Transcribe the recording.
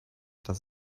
dass